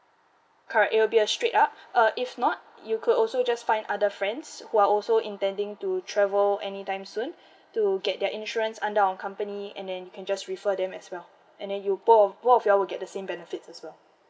correct it will be a straight up uh if not you could also just find other friends who are also intending to travel anytime soon to get their insurance under our company and then you can just refer them as well and then you both of both of you all will get the same benefits as well